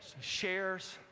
Shares